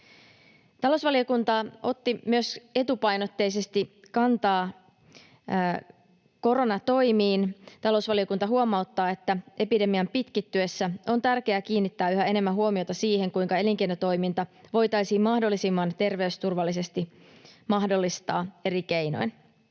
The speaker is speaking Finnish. Talousvaliokunta otti etupainotteisesti kantaa myös koronatoimiin. Talousvaliokunta huomauttaa, että epidemian pitkittyessä on tärkeää kiinnittää yhä enemmän huomiota siihen, kuinka elinkeinotoiminta voitaisiin mahdollisimman terveysturvallisesti mahdollistaa eri keinoin.